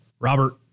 Robert